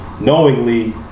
knowingly